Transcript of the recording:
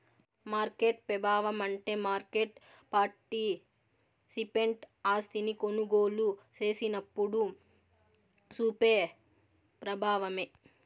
market పెబావమంటే market participant ఆస్తిని కొనుగోలు సేసినప్పుడు సూపే ప్రబావమే